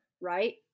right